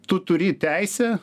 tu turi teisę